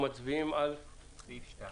מצביעים על סעיף 2